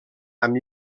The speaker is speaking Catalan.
amb